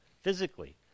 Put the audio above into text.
physically